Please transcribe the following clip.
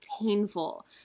painful